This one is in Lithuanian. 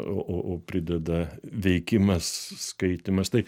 o o o prideda veikimas skaitymas tai